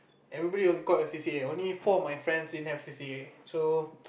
everybody will be caught in C_C_A only four of my friends didn't have C_C_A so